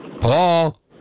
Paul